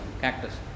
cactus